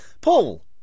Paul